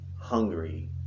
hungry